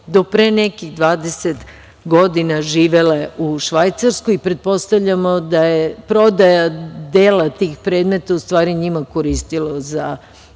do pre nekih 20 godina živele u Švajcarskoj. Pretpostavljamo da je prodaja dela tih predmeta u stvari njima koristila za